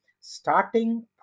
starting